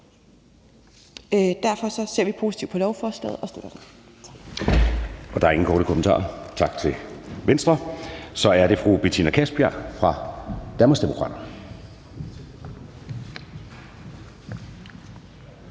Derfor ser vi positivt på lovforslaget og støtter